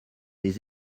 les